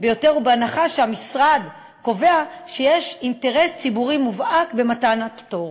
ביותר ובהנחה שהמשרד קובע שיש אינטרס ציבורי מובהק במתן הפטור.